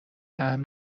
امن